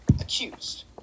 accused